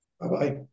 Bye-bye